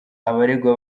abaregwa